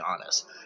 honest